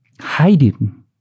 hiding